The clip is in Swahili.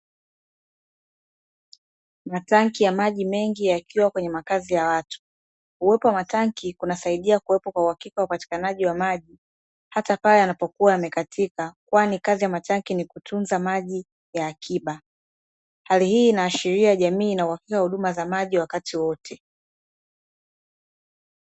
Matanki ya maji mengi yakiwa kwenye makazi ya watu, uwepo wa matanki kunasaidia kuwepo kwa upatikanaji wa maji, hata pale yanapokuwa yamekatika, kwani kazi ya matanki ni kutunza maji ya akiba. Hali hii inaashiria jamii ina uhakika wa huduma za maji wakati wote.